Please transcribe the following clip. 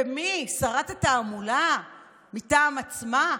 ומי, שרת התעמולה מטעם עצמה?